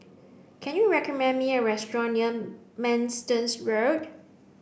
can you recommend me a restaurant near Manston Road